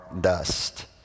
dust